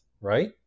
right